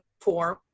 form